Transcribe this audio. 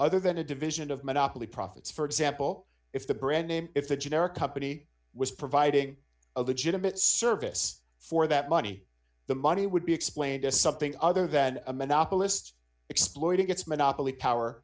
other than a division of monopoly profits for example if the brand name if the generic company was providing a legitimate service for that money the money would be explained as something other than a monopolist exploiting its monopoly power